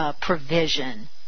provision